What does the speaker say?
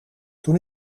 toen